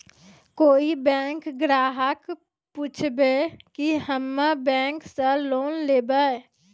कोई बैंक ग्राहक पुछेब की हम्मे बैंक से लोन लेबऽ?